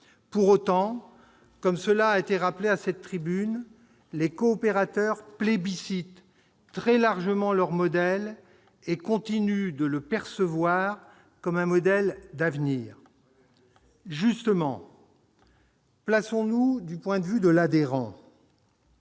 Pour autant, comme cela a été rappelé à cette tribune, les coopérateurs plébiscitent très largement leur modèle et continuent de le percevoir comme un modèle d'avenir. Tout à fait ! Justement, plaçons-nous du point de vue de l'adhérent.